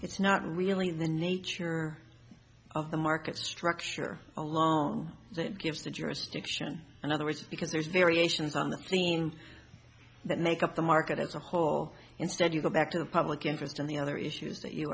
it's not really in the nature of the market structure alone that gives the jurisdiction in other words because there's variations on the thing that make up the market as a whole instead you go back to the public interest in the other issues that you